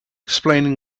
explaining